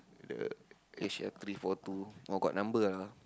uh Asia three four two oh got number ah